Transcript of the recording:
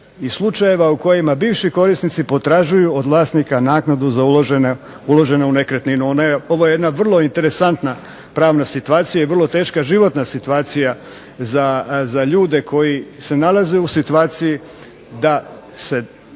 i slučajeva u kojima bivši korisnici potražuju od vlasnika naknadu za uloženu nekretninu. Ovo je jedna vrlo interesantna pravna situacija i vrlo teška životna situacija za ljude koji se nalaze u situaciji da se